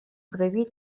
prohibit